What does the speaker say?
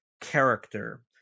character